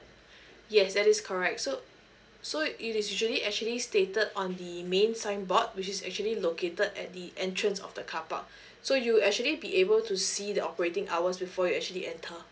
yes that is correct so so it is usually actually stated on the main signboard which is actually located at the entrance of the carpark so you'll actually be able to see the operating hours before you actually enter